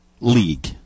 league